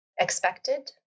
expected